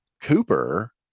Cooper